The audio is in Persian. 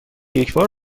یکبار